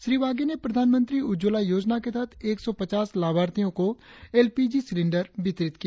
श्री वागे ने प्रधानमंत्री उज्जवला योजना के तहत एक सौ पचास लाभार्थियों को एल पी जी सिलिंडर वितरित किया